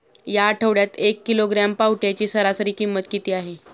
या आठवड्यात एक किलोग्रॅम पावट्याची सरासरी किंमत किती आहे?